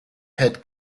head